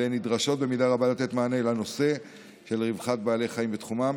והן נדרשות במידה רבה לתת מענה לנושא של רווחת בעלי חיים בתחומן,